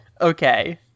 Okay